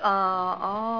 what's that